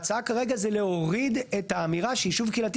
ההצעה כרגע היא להוריד את האמירה שיישוב קהילתי